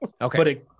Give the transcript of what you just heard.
Okay